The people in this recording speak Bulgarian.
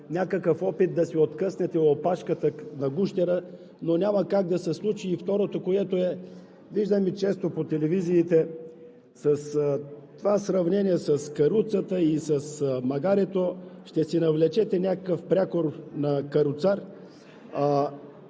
някакъв опит да си откъснете опашката на гущера, но няма как да се случи. Второто, което е – виждам Ви често по телевизиите. С това сравнение с каруцата и с магарето ще си навлечете някакъв прякор на каруцар.